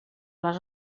les